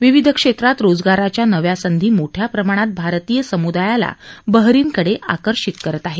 विविध क्षेत्रात रोजगाराच्या नव्या संधी मोठ्या प्रमाणात भारतीय समुदायाला बहारीनकडे आकर्षित करत आहेत